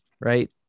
right